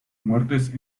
muertes